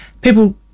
people